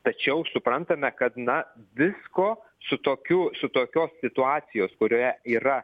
tačiau suprantame kad na visko su tokiu su tokios situacijos kurioje yra